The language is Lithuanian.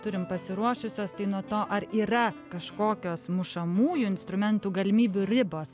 turim pasiruošusios tai nuo to ar yra kažkokios mušamųjų instrumentų galimybių ribos